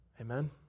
Amen